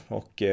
och